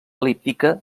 el·líptica